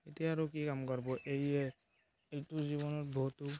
এতিয়া আৰু কি কাম কৰিব এইয়ে এইটো জীৱতান বহুতো